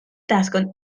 taskon